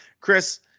Chris